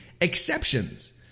exceptions